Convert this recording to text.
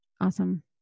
Awesome